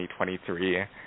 2023